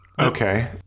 Okay